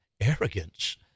arrogance